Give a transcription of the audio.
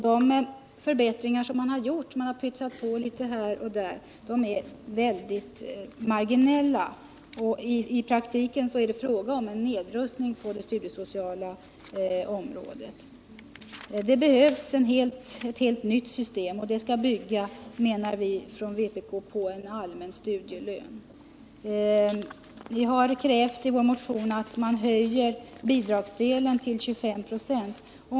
De förbättringar man har gjort, att pytsa på litet här och där, är väldigt marginella. I praktiken är det fråga om social nedrustning på det studiesociala området. Det behövs ett helt nytt system. Och det skall bygga, menar vpk, på en allmän studielön. Vi har i vår motion krävt att man höjer bidragsdelen till 25 96.